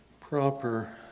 proper